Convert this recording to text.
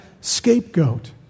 scapegoat